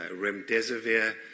remdesivir